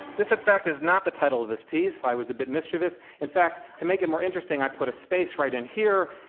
this, in fact, is not the title of this piece. i was a bit mischievous. in fact, to make it more interesting, i put a space right in here,